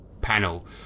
panel